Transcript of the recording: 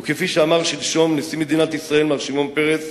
וכפי שאמר שלשום נשיא מדינת ישראל מר שמעון פרס